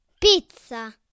Pizza